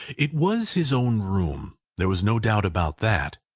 it was his own room. there was no doubt about that.